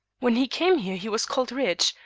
when he came here he was called rich,